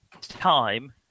time